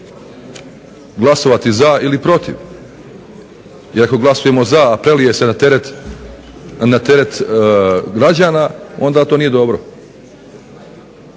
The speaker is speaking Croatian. glasovati za ili protiv jer ako glasujemo za, a prelije se na teret građana onda to nije dobro.